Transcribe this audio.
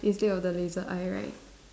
instead of the laser eye right